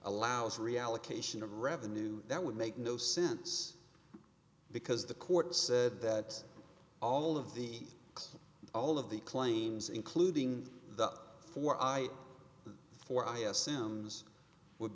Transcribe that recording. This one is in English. allows reallocation of revenue that would make no sense because the court said that all of the all of the claims including the four i for i assume would